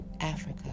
Africa